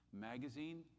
Magazine